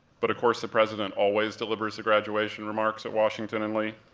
but of course the president always delivers the graduation remarks at washington and lee.